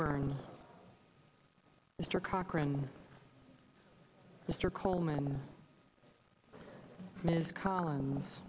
coburn's mr cochran mr coleman ms collins